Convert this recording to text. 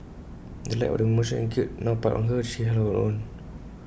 in the light of the emotion and guilt now piled on her she held her own